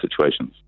situations